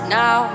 now